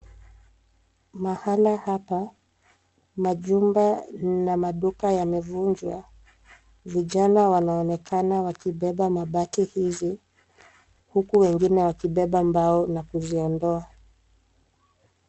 Mahala hapa kuna jumba na maduka yamevunjwa vijana wanaonekana wakibeba mabati hizi huku, wengine wakibeba mbao na kuziondoa.